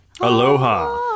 Aloha